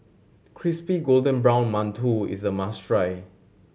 crispy golden brown mantou is a must try